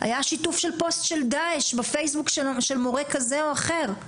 היה שיתוף של פוסט בפייסבוק של מורה כזה או אחר.